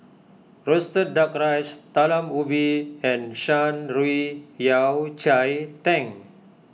Roasted Duck Rice Talam Ubi and Shan Rui Yao Cai Tang